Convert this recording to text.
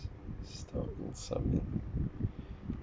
still submit